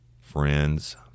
friends